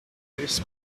this